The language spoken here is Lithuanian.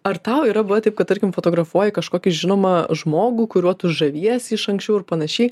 ar tau yra buvę taip kad tarkim fotografuoji kažkokį žinomą žmogų kuriuo tu žaviesi iš anksčiau ir panašiai